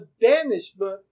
banishment